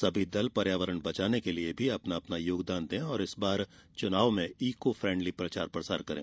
सभी दल पर्यावरण बचाने के लिए भी अपना योगदान दें और इस बार चुनाव में ईको फ्रेन्डली प्रचार प्रसार करें